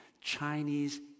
Chinese